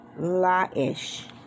Laish